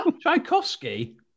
Tchaikovsky